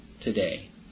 today